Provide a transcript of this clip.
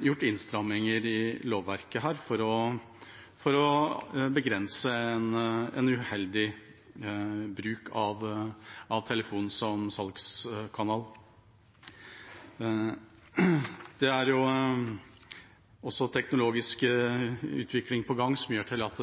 gjort innstramminger i lovverket for å begrense en uheldig bruk av telefon som salgskanal. Det er også en teknologisk utvikling på gang som gjør at